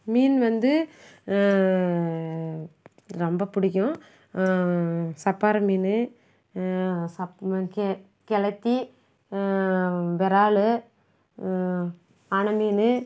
மீன் வந்து ரொம்ப பிடிக்கும் ச பாறை மீன் சப் ம கெ கெளுத்தி வெரால் ஆல மீன்